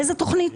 באיזו תכנית?